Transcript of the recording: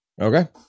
Okay